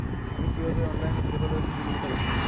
আমি কিভাবে অনলাইনে কেবলের বিল মেটাবো?